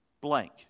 blank